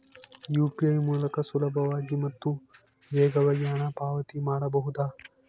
UPI ಮೂಲಕ ಸುಲಭವಾಗಿ ಮತ್ತು ವೇಗವಾಗಿ ಹಣ ಪಾವತಿ ಮಾಡಬಹುದಾ?